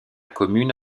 commune